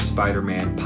Spider-Man